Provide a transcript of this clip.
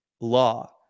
law